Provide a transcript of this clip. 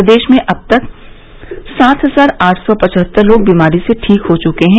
प्रदेश में अब तक सात हजार आठ सौ पवहत्तर लोग बीमारी से ठीक हो चुके हैं